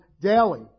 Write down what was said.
daily